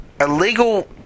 Illegal